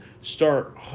Start